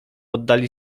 oddali